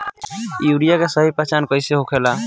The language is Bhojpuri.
यूरिया के सही पहचान कईसे होखेला?